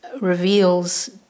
reveals